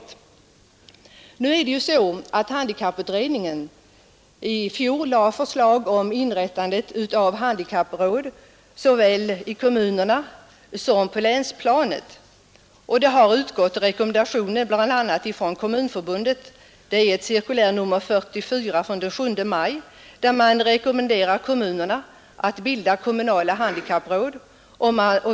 Nu är det så att handikapputredningen i fjol lade fram förslag om inrättande av handikappråd såväl i kommunerna som på länsplanet, och det har utgått rekommendationer bl.a. från Kommunförbundet — cirkulär nr 44 från den 7 maj — där man rekommenderar kommunerna att bilda kommunala handikappråd.